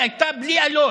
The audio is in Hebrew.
היא הייתה בלי אלות,